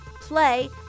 play